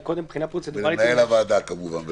למנהל הוועדה כמובן ולצוות.